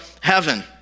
heaven